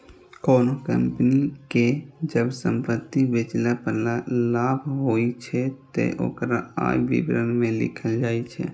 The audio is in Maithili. कोनों कंपनी कें जब संपत्ति बेचला पर लाभ होइ छै, ते ओकरा आय विवरण मे लिखल जाइ छै